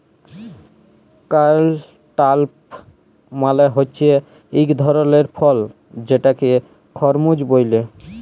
cantaloupe মালে হছে ইক ধরলের ফল যেটাকে খরমুজ ব্যলে